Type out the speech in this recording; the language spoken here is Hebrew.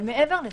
אבל מעבר לזה: